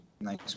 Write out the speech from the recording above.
nice